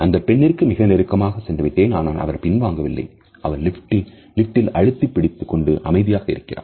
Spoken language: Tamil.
இந்த பெண்ணிற்கு மிக நெருக்கமாக சென்று விட்டேன் ஆனால் அவள் பின்வாங்கவில்லை அவள் லிட்டில் அழுத்திப் பிடித்துக் கொண்டு அமைதியாக இருக்கிறார்